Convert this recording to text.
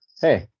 hey